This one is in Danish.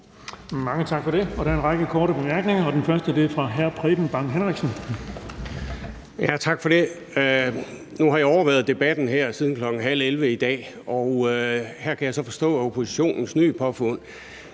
Mange tak for det. Der er en række korte bemærkninger, og den første er fra hr. Preben Bang Henriksen. Kl. 13:15 Preben Bang Henriksen (V): Tak for det. Nu har jeg overværet debatten her siden kl. 10.30 i dag, og her kan jeg så forstå, at oppositionens nye påfund